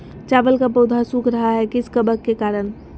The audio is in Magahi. चावल का पौधा सुख रहा है किस कबक के करण?